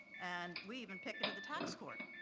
and we even picketed the tax court.